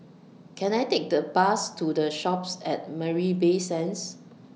Can I Take The Bus to The Shoppes At Marina Bay Sands